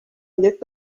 llet